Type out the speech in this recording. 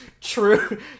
true